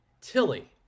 Tilly